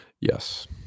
Yes